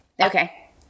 Okay